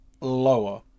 lower